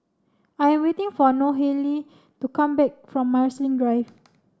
I'm waiting for Nohely to come back from Marsiling Drive